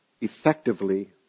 effectively